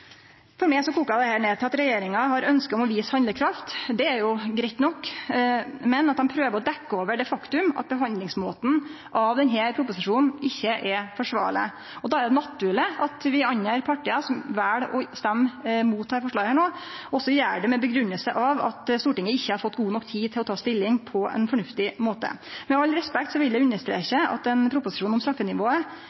For meg kokar dette ned til at regjeringa har ønske om å vise handlekraft – det er greitt nok – men at dei prøver å dekkje over det faktumet at behandlingsmåten når det gjeld denne proposisjonen, ikkje er forsvarleg. Då er det naturleg at vi i dei andre partia, som vel å stemme mot dette forslaget no, gjer det med den grunngjevinga at Stortinget ikkje har fått god nok tid til å ta stilling på ein fornuftig måte. Med all respekt vil eg